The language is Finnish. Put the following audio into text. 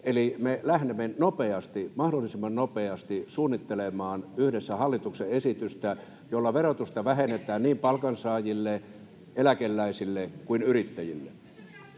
eli lähdemmekö me mahdollisimman nopeasti suunnittelemaan yhdessä hallituksen esitystä, jolla verotusta vähennetään niin palkansaajille, eläkeläisille kuin yrittäjille?